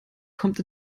kommt